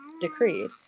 decreed